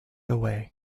away